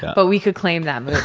but, we could claim that movie.